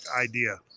idea